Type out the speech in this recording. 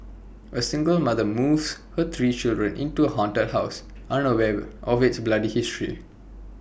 A single mother moves her three children into haunted house unaware of its bloody history